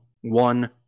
one